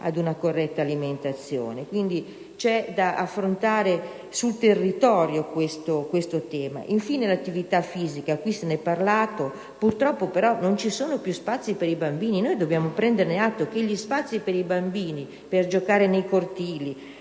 Quindi, c'è da affrontare sul territorio questo tema. Infine, l'attività fisica: se ne è parlato, purtroppo però non ci sono più spazi per i bambini. Dobbiamo prenderne atto: gli spazi per giocare nei cortili